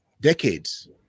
decades